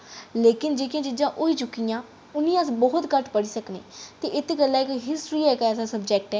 लेकिन जेह्कियां चीजां होई चुकी दियां उ'नें ई अस बहुत घट्ट पढ़ी सकने ते इस गल्ला गी हिस्ट्री इक ऐसा सब्जैक्ट ऐ